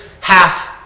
half